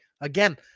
again